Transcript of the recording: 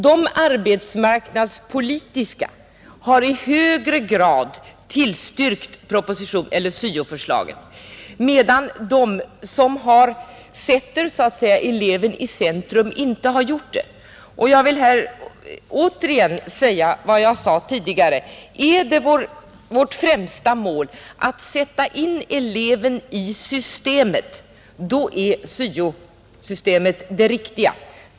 De arbetsmarknadspolitiska har i högre grad tillstyrkt syo-förslaget, medan de som så att säga sätter eleven i centrum inte har gjort det. Jag vill här återigen säga vad jag sade tidigare: Om vårt främsta mål är att sätta in eleven i maskineriet, då är syo-systemet det riktiga.